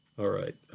alright,